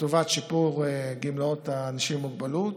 לטובת שיפור גמלאות האנשים עם מוגבלות.